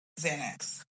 Xanax